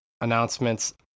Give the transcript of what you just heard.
announcements